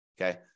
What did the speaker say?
Okay